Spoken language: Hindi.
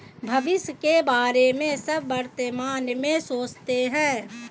भविष्य के बारे में सब वर्तमान में सोचते हैं